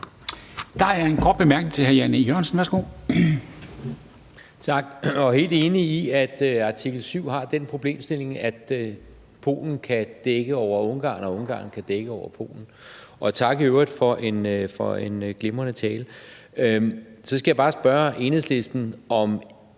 Jørgensen. Værsgo. Kl. 19:35 Jan E. Jørgensen (V): Tak. Jeg er helt enig i, at der ved artikel 7 er den problemstilling, at Polen kan dække over Ungarn og Ungarn kan dække over Polen. Jeg vil i øvrigt sige tak for en glimrende tale. Så skal jeg bare spørge Enhedslisten, om